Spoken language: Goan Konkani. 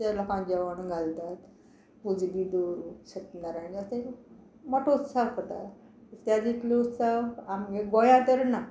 ते लोकां जेवण घालतात पुजा बी दवरून सत्यनारायणाची मोटो उत्सव करतात तेजे इतलो उत्सव आमगे गोंया तरी ना